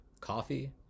Coffee